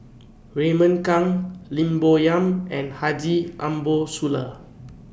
Raymond Kang Lim Bo Yam and Haji Ambo Sooloh